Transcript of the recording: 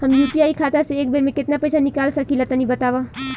हम यू.पी.आई खाता से एक बेर म केतना पइसा निकाल सकिला तनि बतावा?